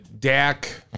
Dak